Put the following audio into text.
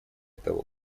того